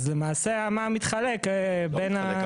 אז, למעשה, המע"מ מתחלק בין --- לא מתחלק.